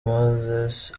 moses